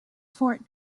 fort